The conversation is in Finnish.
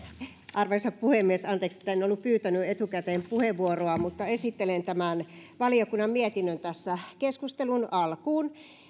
arvoisa puhemies anteeksi että en ollut pyytänyt etukäteen puheenvuoroa mutta esittelen tämän valiokunnan mietinnön tässä keskustelun alkuun